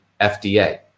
FDA